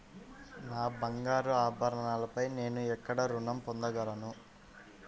నా బంగారు ఆభరణాలపై నేను ఎక్కడ రుణం పొందగలను?